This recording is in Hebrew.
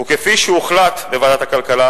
וכפי שהוחלט בוועדת הכלכלה,